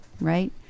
Right